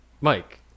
Mike